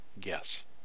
guess